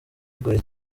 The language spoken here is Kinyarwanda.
bigoye